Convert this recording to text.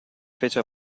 fece